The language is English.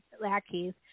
lackeys